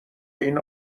این